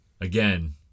again